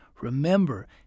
remember